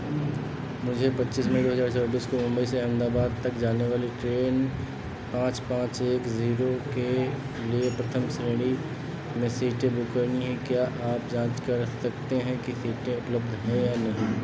मुझे पच्चीस मई दो हज़ार चौबीस को मुंबई से अहेमदाबाद तक जाने वाली ट्रेन पाँच पाँच एक ज़ीरो के लिए प्रथम श्रेणी में सीटें बुक करनी हैं क्या आप जाँच कर सकते हैं कि सीटें उपलब्ध हैं या नहीं